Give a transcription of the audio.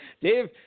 Dave